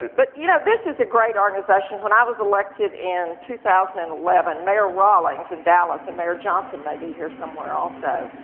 but you know, this is a great organization. when i was elected in two thousand and eleven, mayor rollings in dallas, and mayor johnson may be here somewhere also,